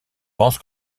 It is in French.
pense